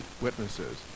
witnesses